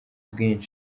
bwinshi